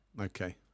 Okay